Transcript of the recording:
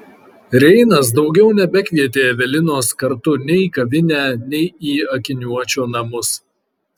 reinas daugiau nebekvietė evelinos kartu nei į kavinę nei į akiniuočio namus